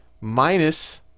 minus